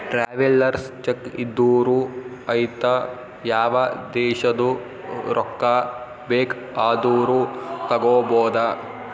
travellers cheque ಇದ್ದೂರು ಐಯ್ತ ಯಾವ ದೇಶದು ರೊಕ್ಕಾ ಬೇಕ್ ಆದೂರು ತಗೋಬೋದ